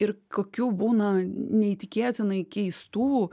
ir kokių būna neįtikėtinai keistų